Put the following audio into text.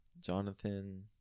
Jonathan